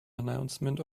announcement